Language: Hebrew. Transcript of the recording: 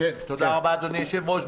תודה רבה, אדוני היושב-ראש.